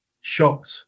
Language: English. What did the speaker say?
shocked